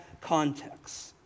context